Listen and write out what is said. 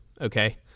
Okay